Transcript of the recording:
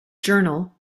journal